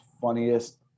funniest